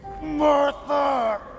Martha